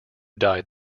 died